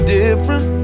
different